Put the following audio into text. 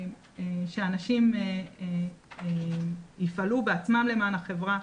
שאנשים יפעלו בעצמם למען החברה